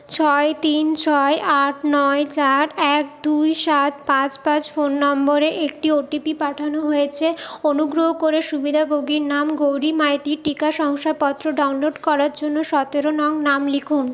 ছয় তিন ছয় আট নয় চার এক দুই সাত পাঁচ পাঁচ ফোন নম্বরে একটি ওটিপি পাঠানো হয়েছে অনুগ্রহ করে সুবিধাভোগীর নাম গৌরী মাইতির টিকা শংসাপত্র ডাউনলোড করার জন্য সতেরো নং নাম লিখুন